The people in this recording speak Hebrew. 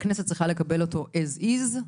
הכנסת צריכה לקבל as is,